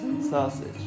Sausage